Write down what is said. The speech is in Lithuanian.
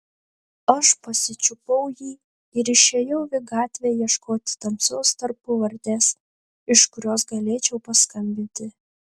aš pasičiupau jį ir išėjau į gatvę ieškoti tamsios tarpuvartės iš kurios galėčiau paskambinti